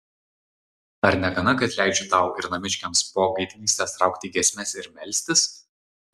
ar negana kad leidžiu tau ir namiškiams po gaidgystės traukti giesmes ir melstis